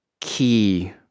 key